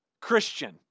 Christian